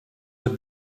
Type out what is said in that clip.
have